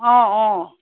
অঁ অঁ